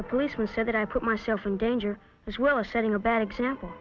the policeman said that i put myself in danger as well as setting a bad example